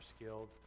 skilled